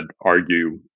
argue